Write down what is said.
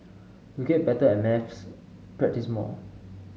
to get better at maths practise more